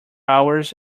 hours